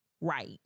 right